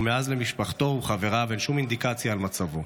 ומאז למשפחתו ולחבריו אין שום אינדיקציה על מצבו.